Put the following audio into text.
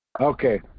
Okay